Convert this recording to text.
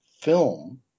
film